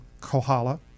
Kohala